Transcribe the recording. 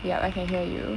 yup I can hear you